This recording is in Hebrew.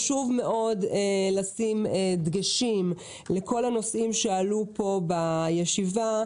חשוב מאוד לשים דגשים לכל הנושאים שעלו פה בישיבה,